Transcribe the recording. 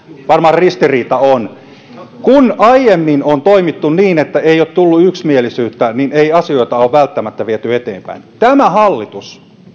ristiriita on aiemmin on toimittu niin että jos ei ole tullut yksimielisyyttä asioita ei ole välttämättä viety eteenpäin mutta tämä hallitus